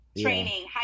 training